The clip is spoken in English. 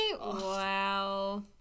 Wow